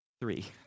Three